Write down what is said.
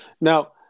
Now